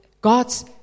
God's